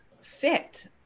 fit